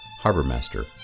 Harbormaster